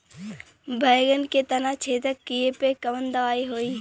बैगन के तना छेदक कियेपे कवन दवाई होई?